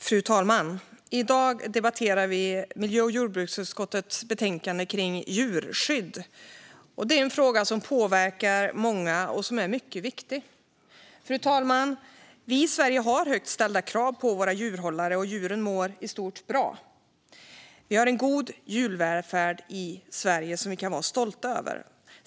Fru talman! I dag debatterar vi miljö och jordbruksutskottets betänkande om djurskydd. Det är en fråga som påverkar många och som är mycket viktig. Fru talman! Vi i Sverige har högt ställda krav på våra djurhållare, och djuren mår i stort bra. Vi har en god djurvälfärd i Sverige som vi kan vara stolta över.